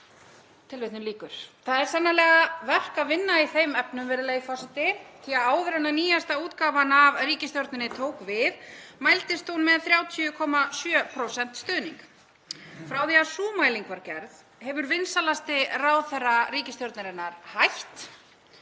heilt yfir.“ Það er sannarlega verk að vinna í þeim efnum, virðulegi forseti, því að áður en nýjasta útgáfan af ríkisstjórninni tók við mældist hún með 30,7% stuðning. Frá því að sú mæling var gerð hefur vinsælasti ráðherra ríkisstjórnarinnar hætt